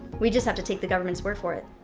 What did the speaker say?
we just have to take the government's word for it.